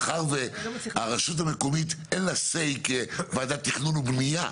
מאחר ולרות המקומית אין אמירה כוועדת תכונן ובנייה,